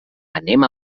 anem